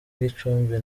gicumbi